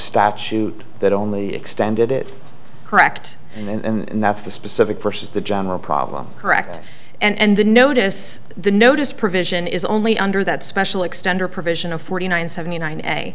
statute that only extended it correct and that's the specific versus the general problem correct and the notice the notice provision is only under that special extended provision of forty nine seventy nine a